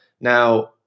Now